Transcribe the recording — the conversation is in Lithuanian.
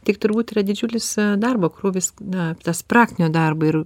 tik turbūt yra didžiulis darbo krūvis na tas praktinio darbo ir